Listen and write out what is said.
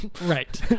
Right